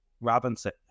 Robinson